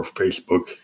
facebook